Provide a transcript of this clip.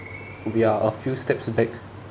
we are a few steps back